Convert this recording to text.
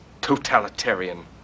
totalitarian